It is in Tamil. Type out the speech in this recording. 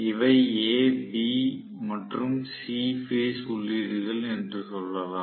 இவை A B மற்றும் C பேஸ் உள்ளீடுகள் என்று சொல்லலாம்